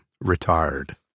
retired